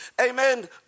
amen